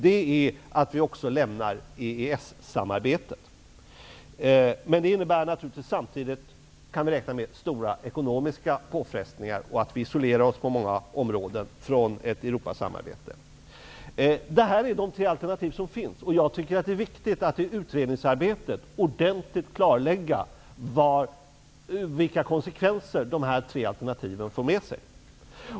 Det är att vi också lämnar EES-samarbetet. Men vi kan räkna med att det innebär stora ekonomiska påfrestningar och att vi på många områden isolerar oss från ett Europasamarbete. Detta är de tre alternativ som finns. Jag tycker att det är viktigt att i utredningsarbetet ordentligt klarlägga vilka konsekvenser dessa tre alternativ för med sig.